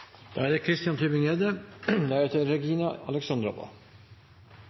da er det